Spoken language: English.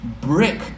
brick